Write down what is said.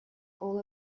all